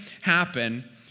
happen